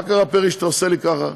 מה קרה, פרי, שאתה עושה לי ככה?